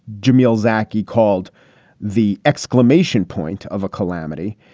jameel zaki called the exclamation point of a calamity.